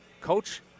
coach